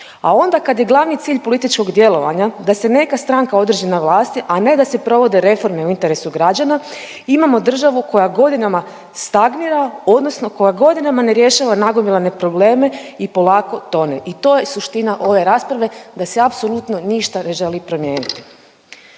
a onda kada je glavni cilj političkog djelovanja da se neka stranka održi na vlasti, a ne da se provode reforme u interesu građana imamo državu koja godinama stagnira odnosno koja godinama ne rješava nagomilane probleme i polako tone i to je suština ove rasprave da se apsolutno ništa ne želi promijeniti.